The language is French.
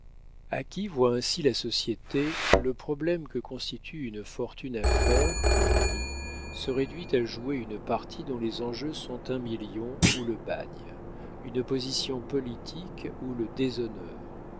a qui voit ainsi la société le problème que constitue une fortune à faire mon ami se réduit à jouer une partie dont les enjeux sont un million ou le bagne une position politique ou le déshonneur